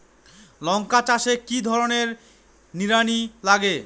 লঙ্কা চাষে কি ধরনের নিড়ানি লাগে?